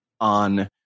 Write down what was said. on